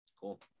Cool